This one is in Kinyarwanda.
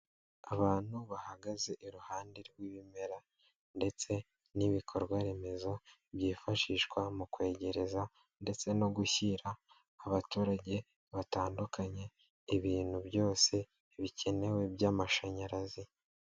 Abantu bahagaze iruhande rw'ibimera ndetse n'ibikorwa remezo byifashishwa mu kwegereza ndetse no gushyira abaturage batandukanye ibintu byose bikenewe by'amashanyarazi.